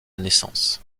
naissance